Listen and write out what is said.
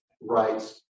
rights